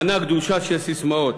מנה גדושה של ססמאות.